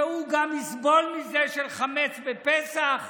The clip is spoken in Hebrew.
שהוא גם יסבול מחמץ בפסח?